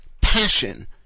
passion